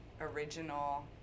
original